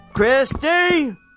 Christy